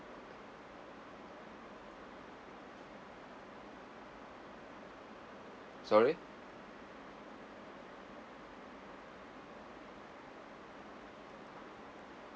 sorry